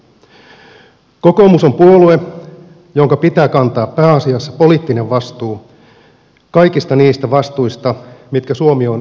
kokoomus on puolue jonka pitää kantaa pääasiassa poliittinen vastuu kaikista niistä vastuista mitkä suomi on ottanut tukiessaan eurojärjestelmää